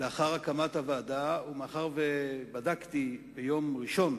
לאחר הקמת הוועדה, ומאחר שבדקתי ביום ראשון